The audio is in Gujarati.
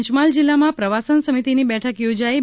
પંચમહાલ જિલ્લામાં પ્રવાસન સમિતીની બેઠક યોજાઈ હતી